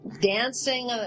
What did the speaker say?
dancing